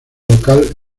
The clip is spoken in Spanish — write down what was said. local